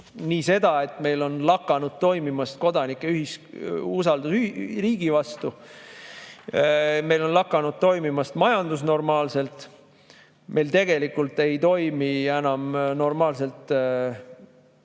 seda, et meil on lakanud toimimast kodanike usaldus riigi vastu, meil on lakanud normaalselt toimimast majandus, meil tegelikult ei toimi enam normaalselt